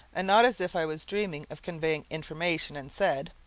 and not as if i was dreaming of conveying information, and said,